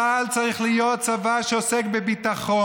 צה"ל צריך להיות צבא שעוסק בביטחון.